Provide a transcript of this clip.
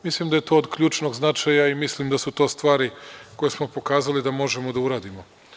Mislim da je to od ključnog značaja i mislim da su to stvari koje smo pokazali da možemo da uradimo.